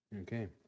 Okay